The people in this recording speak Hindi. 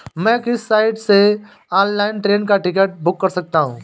मैं किस साइट से ऑनलाइन ट्रेन का टिकट बुक कर सकता हूँ?